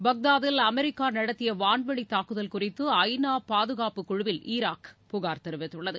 பாக்தாதில் America நடத்திய வான்வெளி தாக்குதல் குறித்து ஐநா பாதுகாப்புக் குழுவில் ஈராக் புகார் தெரிவித்துள்ளது